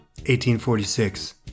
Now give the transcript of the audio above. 1846